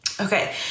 Okay